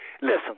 Listen